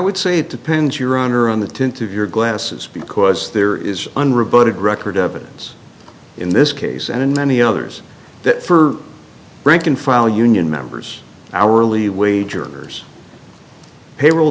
would say it depends your honor on the tenth of your glasses because there is an rebutted record evidence in this case and in many others that for rank and file union members hourly wage earners payroll